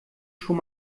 schon